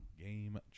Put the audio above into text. game